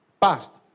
past